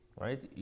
right